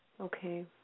Okay